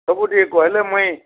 ସବୁ ଟିକେ କହିଲେ ମୁଇଁ